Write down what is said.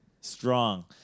Strong